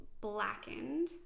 blackened